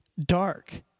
dark